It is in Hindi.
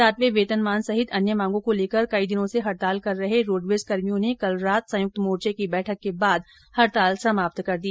सातवें वेतनमान सहित अन्य मांगों को लेकर कई दिनों से हड़ताल कर रहे रोडवेज कर्मियों ने कल रात संयुक्त मोर्चे की बैठक के बाद हड़ताल समाप्त कर दी